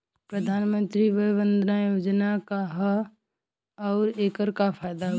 प्रधानमंत्री वय वन्दना योजना का ह आउर एकर का फायदा बा?